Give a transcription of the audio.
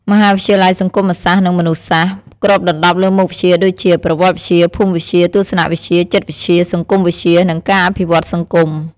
មហាវិទ្យាល័យសង្គមសាស្ត្រ និងមនុស្សសាស្ត្រ គ្របដណ្តប់លើមុខវិជ្ជាដូចជា ប្រវត្តិវិទ្យា ភូមិវិទ្យា ទស្សនវិជ្ជា ចិត្តវិទ្យា សង្គមវិទ្យា និងការអភិវឌ្ឍសង្គម។